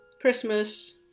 Christmas